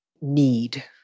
need